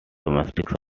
domestic